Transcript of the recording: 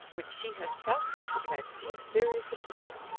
which she herself had declared to be a serious epistle,